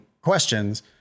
questions